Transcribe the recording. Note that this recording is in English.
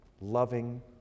loving